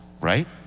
right